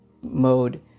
mode